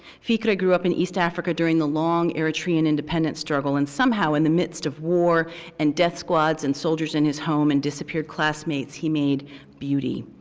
ficre grew up in east africa during the long eritrean independence struggle and somehow in the midst of war and death squads and soldiers in his home and disappeared classmates. he made beauty.